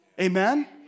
Amen